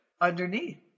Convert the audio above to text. underneath